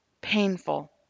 Painful